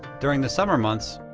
during the summer months,